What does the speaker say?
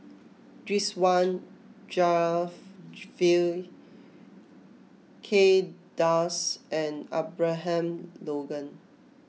Ridzwan Dzafir Kay Das and Abraham Logan